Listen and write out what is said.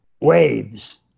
waves